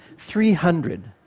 three hundred.